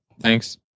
Thanks